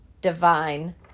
divine